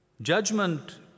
Judgment